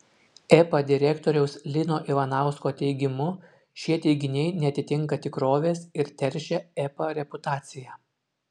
epa direktoriaus lino ivanausko teigimu šie teiginiai neatitinka tikrovės ir teršia epa reputaciją